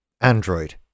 Android